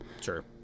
Sure